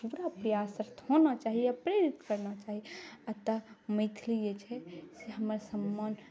पूरा प्रयासरत होना चाही आओर प्रेरित करना चाही एतऽ मैथिली जे छै से हमर सम्मान